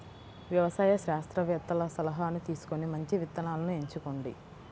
వ్యవసాయ శాస్త్రవేత్తల సలాహాను తీసుకొని మంచి విత్తనాలను ఎంచుకోండి